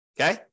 Okay